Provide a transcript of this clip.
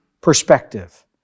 perspective